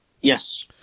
Yes